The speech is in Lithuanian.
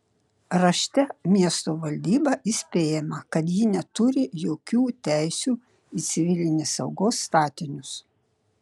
rašte miesto valdyba įspėjama kad ji neturi jokių teisių į civilinės saugos statinius